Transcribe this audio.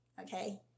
okay